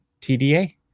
TDA